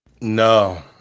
No